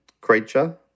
creature